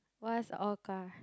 what's orca